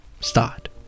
start